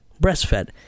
breastfed